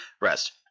rest